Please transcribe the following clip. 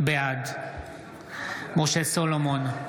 בעד משה סולומון,